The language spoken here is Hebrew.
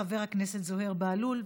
חבר הכנסת זוהיר בהלול,